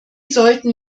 sollten